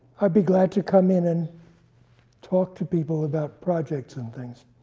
i'd be glad to come in and talk to people about projects and things.